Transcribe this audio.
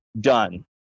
done